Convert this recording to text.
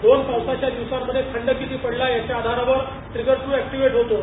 दोन पावसांच्या दिवसामध्ये खंड किती पडला याच्या आधारावर ट्रिगर ट्र ऍक्टीवेट होतो